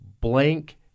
blank